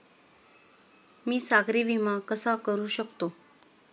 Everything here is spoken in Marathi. मी सागरी विमा कसा करू शकतो?